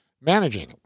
Managing